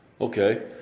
okay